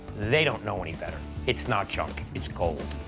they don't know any better. it's not junk, it's gold.